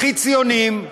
הכי ציוניים,